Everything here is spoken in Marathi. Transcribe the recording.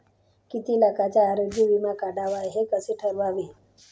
किती लाखाचा आरोग्य विमा काढावा हे कसे ठरवावे?